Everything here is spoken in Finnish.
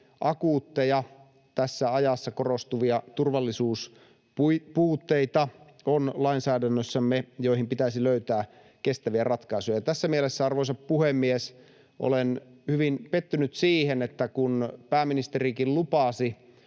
akuutteja, tässä ajassa korostuvia turvallisuuspuutteita, joihin pitäisi löytää kestäviä ratkaisuja. Tässä mielessä, arvoisa puhemies, olen hyvin pettynyt siihen, että kun pääministerikin lupasi